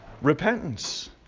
repentance